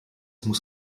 muss